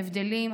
להבדלים,